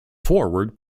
forward